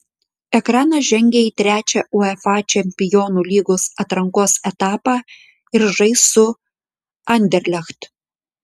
ekranas žengė į trečią uefa čempionų lygos atrankos etapą ir žais su anderlecht